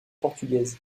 portugaise